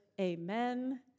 Amen